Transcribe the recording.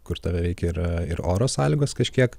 kur tave veikia ir ir oro sąlygos kažkiek